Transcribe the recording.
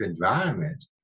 environment